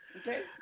Okay